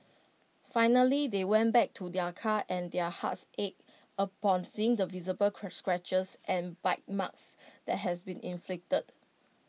finally they went back to their car and their hearts ached upon seeing the visible scratches and bite marks that has been inflicted